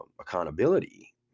accountability